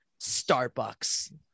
Starbucks